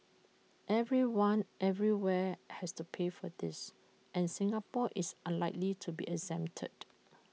everyone everywhere has to pay for this and Singapore is unlikely to be exempted